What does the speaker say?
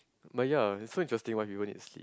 but ya is so interesting why people need sleep